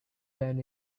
than